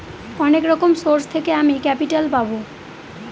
অনেক রকম সোর্স থেকে আমি ক্যাপিটাল পাবো